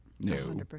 no